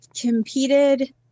competed